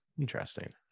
Interesting